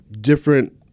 different